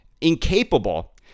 incapable